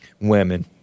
Women